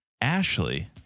Ashley